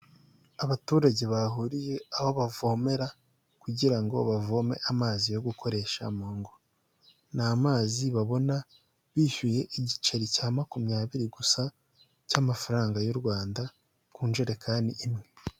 Abaturage bahuriye aho bavomera kugirango bavome amazi yo gukoresha mu ngo, ni amazi babona bishyuye igiceri cya makumyabiri gusa cy'amafaranga y'u Rwanda ku ijerekani imwe.